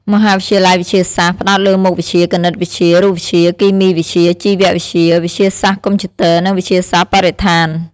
មហាវិទ្យាល័យវិទ្យាសាស្ត្រ ផ្តោតលើមុខវិជ្ជាគណិតវិទ្យា រូបវិទ្យា គីមីវិទ្យា ជីវវិទ្យា វិទ្យាសាស្រ្តកុំព្យូទ័រ និងវិទ្យាសាស្ត្របរិស្ថាន។